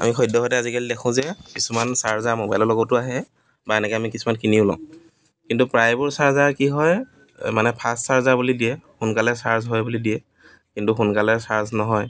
আমি সদ্যহতে আজিকালি দেখোঁ যে কিছুমান চাৰ্জাৰ মোবাইলৰ লগতো আহে বা এনেকৈ আমি কিছুমান কিনিও লওঁ কিন্তু প্ৰায়বোৰ চাৰ্জাৰ কি হয় মানে ফাষ্ট চাৰ্জাৰ বুলি দিয়ে সোনকালে চাৰ্জ হয় বুলি দিয়ে কিন্তু সোনকালে চাৰ্জ নহয়